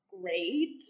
great